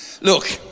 Look